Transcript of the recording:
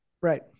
right